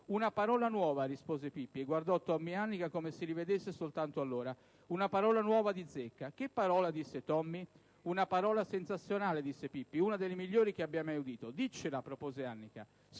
"Una parola nuova", rispose Pippi, e guardò Tommy ed Annika come se li vedesse soltanto allora. "Una parola davvero nuova di zecca". "Che parola?", chiese Tommy. "Una parola sensazionale", disse Pippi, "una delle migliori che abbia mai udito". "Diccela", propose Annika.